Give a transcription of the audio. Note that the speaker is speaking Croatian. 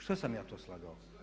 Što sam ja to slagao?